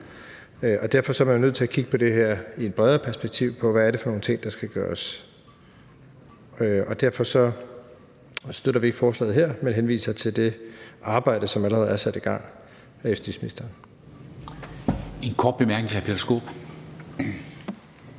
Derfor er man nødt til at kigge på det her i et bredere perspektiv, altså hvad det er for nogle ting, der skal gøres. Derfor støtter vi ikke forslaget her, men henviser til det arbejde, som allerede er sat i gang af justitsministeren.